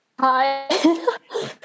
Hi